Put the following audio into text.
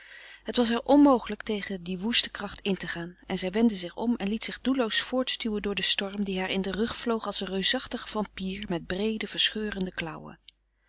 het was haar onmogelijk tegen die woeste kracht in te gaan en zij wendde zich om en liet zich doelloos voortstuwen door den storm die haar in den rug vloog als een reusachtige vampyr met breede verscheurende